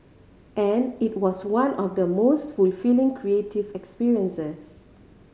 and it was one of the most fulfilling creative experiences